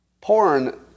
porn